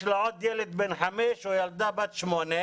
לה עוד ילד בן חמש או ילדה בת שמונה,